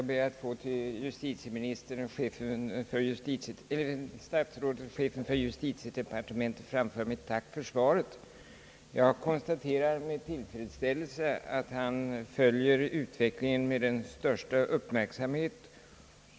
Herr talman! Jag ber att till statsrådet och chefen för justitiedepartementet få framföra mitt tack för svaret. Jag konstaterar med tillfredsställelse att han följer utvecklingen med den största uppmärksamhet.